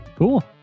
Cool